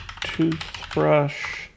toothbrush